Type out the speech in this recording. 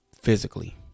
Physically